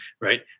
right